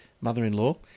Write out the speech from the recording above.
mother-in-law